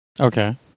Okay